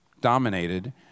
dominated